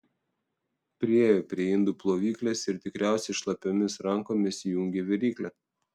priėjo prie indų plovyklės ir tikriausiai šlapiomis rankomis įjungė viryklę